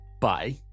bye